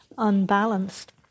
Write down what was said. unbalanced